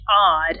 odd